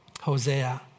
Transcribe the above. Hosea